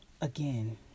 Again